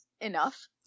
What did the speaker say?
enough